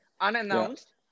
Unannounced